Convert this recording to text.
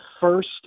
first